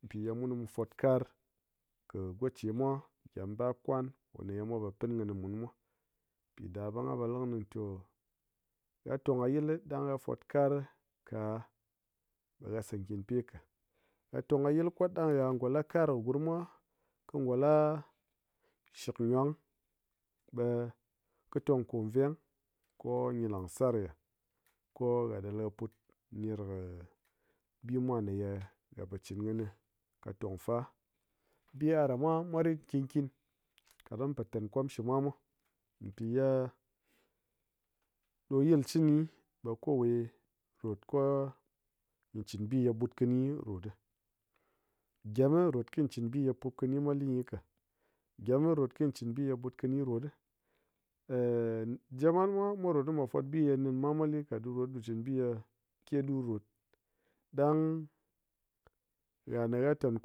Pi ye munu mu fot kar kɨ gochemwa gyem bap kwan ko ne ye mwa po pin kɨni mun mwa piɗa ɓe ngha po li kɨni to, ha tong ka yil li ɗang ha fot kar ka ɓe ha sa kinpye ka, ha tong kayil kwat ɗa ha ngo la kar gurmwa kɨ ngo la shikgwang ɓe kɨ tong ko veng ko gyi langsar ha, ko ha ɗal ha put ner kɨ bi mwa ne ye ha po cɨn kɨni kɨ tong fa, bi aɗa mwa mwa rit nkin nkin kaɗang mun po tan kom shi mwa mwa, pi ɗo yil chini ɓe kowe rot ko, gyi chin bi ye ɓut kɨni rot ɗi. Gyem rot ki gyi chin bi ye pup kɨni mwa li gyi ka, gyem rot kɨ gyi chin bi ye ɓut kɨni rot ɗi. jap mat mwa mwa rot kɨ mwa fwat bi ye nin kɨ mwa mwa li ka ɗu rot kɨ ɗu chin bi ye keɗu rot, ɗang ha ma ha tan